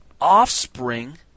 offspring